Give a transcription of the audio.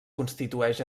constitueix